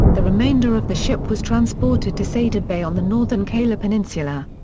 the remainder of the ship was transported to sayda bay on the northern kayla peninsula.